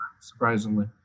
surprisingly